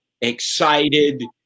excited